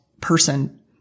person